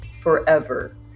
forever